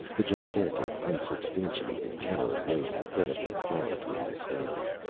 the gigantic, unsubstantiated tower rose incredibly far toward the sky.